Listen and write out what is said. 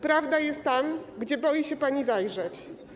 Prawda jest tam, gdzie boi się pani zajrzeć.